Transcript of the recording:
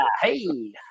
Hey